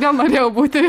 vėl norėjau būti